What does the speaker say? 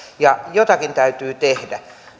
ja jotakin täytyy tehdä